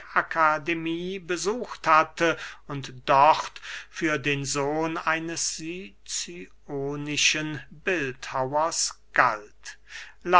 akademie besucht hatte und dort für den sohn eines sicyonischen bildhauers galt